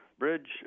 bridge